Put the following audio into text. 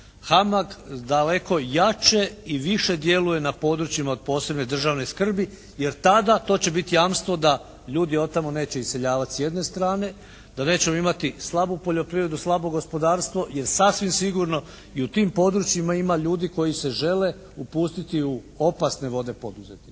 HAMAG daleko jače i više djeluje na područjima od posebne državne skrbi, jer tada to će biti jamstvo da ljudi od tamo neće iseljavati s jedne strane, da nećemo imati slabu poljoprivredu, slabo gospodarstvo jer sasvim sigurno i u tim područjima ima ljudi koji se žele upustiti u opasne vode poduzetništva.